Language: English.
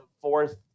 fourth